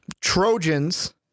Trojans